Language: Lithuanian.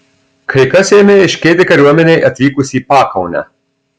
kai kas ėmė aiškėti kariuomenei atvykus į pakaunę